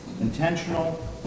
intentional